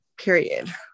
period